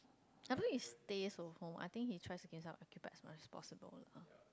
I don't think he stays at home I think he tries to keep himself occupied as much as possible lah